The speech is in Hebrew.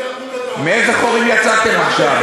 מאיזה חורים יצאתם עכשיו?